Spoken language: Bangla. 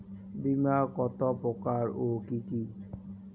বীমা কত প্রকার ও কি কি?